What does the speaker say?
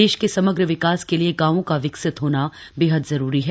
देश के समग्र विकास के लिए गांवों का विकसित होना जरूरी है